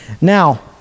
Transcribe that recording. Now